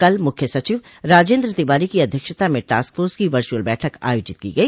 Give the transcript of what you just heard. कल मुख्य सचिव राजेन्द्र तिवारी की अध्यक्षता में टास्क फोर्स की वर्चुअल बैठक आयोजित की गई